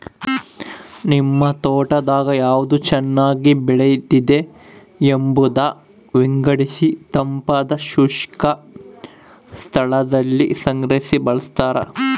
ನಿಮ್ ತೋಟದಾಗ ಯಾವ್ದು ಚೆನ್ನಾಗಿ ಬೆಳೆದಿದೆ ಎಂಬುದ ವಿಂಗಡಿಸಿತಂಪಾದ ಶುಷ್ಕ ಸ್ಥಳದಲ್ಲಿ ಸಂಗ್ರಹಿ ಬಳಸ್ತಾರ